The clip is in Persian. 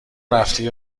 رفتی